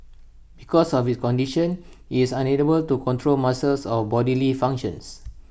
because of condition he is unable to control muscles or bodily functions